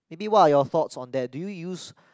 maybe what are your thoughts on that do you use